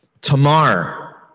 tamar